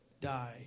die